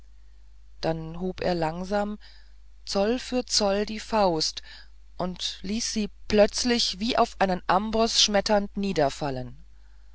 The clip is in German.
dann hob er langsam zoll für zoll die faust und ließ sie plötzlich wie auf einen amboß schmetternd niederfallen